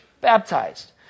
baptized